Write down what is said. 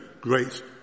great